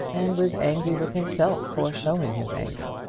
and was angry with himself for showing his anger.